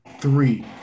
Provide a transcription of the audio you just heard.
three